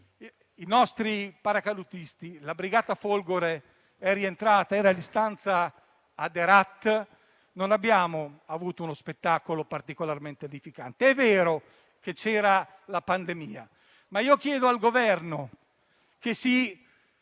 i nostri paracadutisti della Brigata Folgore, di stanza ad Herat, sono rientrati, non abbiamo avuto uno spettacolo particolarmente edificante. È vero che c'era la pandemia, ma chiedo al Governo che si